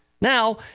Now